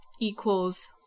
equals